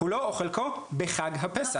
כולו או חלקו בחג הפסח".